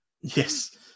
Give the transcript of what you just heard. Yes